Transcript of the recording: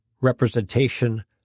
representation